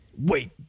wait